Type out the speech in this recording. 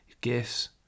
gifts